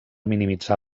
minimitzar